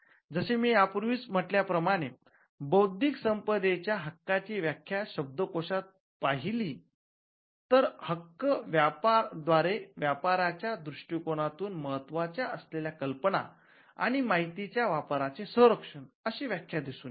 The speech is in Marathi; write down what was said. जसे मी यापूर्वीच म्हटल्याप्रमाणे बौद्धिक संपदेच्या हक्कांची व्याख्या शब्दकोषात पाहिली तर 'हक्क द्व्यारे व्यापाराच्या दृष्टिकोनातून महत्त्वाच्या असलेल्या कल्पना आणि माहितीच्या वापरायचे संरक्षण' अशी व्याख्या दिसुन येते